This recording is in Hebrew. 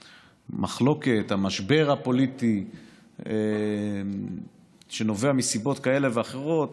המשבר הפוליטי שנובע מסיבות כאלה ואחרות,